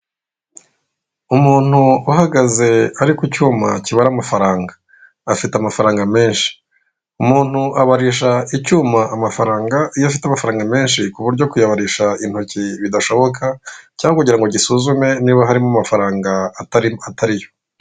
Umuntu uhagaze ari ku cyuma kibara amafaranga afite amafaranga menshi, umuntu abarisha icyuma amafaramga iyo afite amafaranga menshi ku buryo kuyabarisha intoki bidashoboka cyangwa kugira ngo gisuzume niba harimo amafaranga atari atariyo.